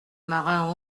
marins